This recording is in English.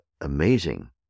amazing